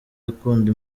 akunda